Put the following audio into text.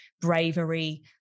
bravery